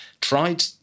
Tried